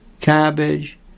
cabbage